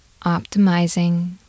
optimizing